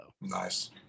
Nice